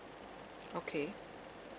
okay